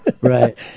Right